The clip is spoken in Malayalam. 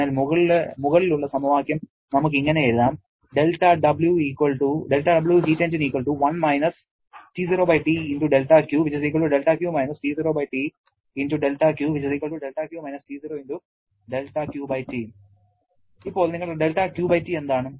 അതിനാൽ മുകളിലുള്ള സമവാക്യം നമുക്ക് ഇങ്ങനെ എഴുതാം ഇപ്പോൾ നിങ്ങളുടെ δQT എന്താണ്